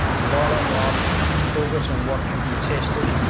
bottom up focused on what can be tested,